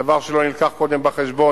דבר שלא נלקח קודם בחשבון,